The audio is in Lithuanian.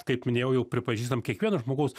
kaip minėjau jau pripažįstam kiekvieno žmogaus